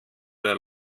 der